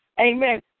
amen